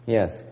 Yes